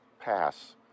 pass